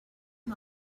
can